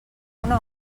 una